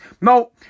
No